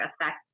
affect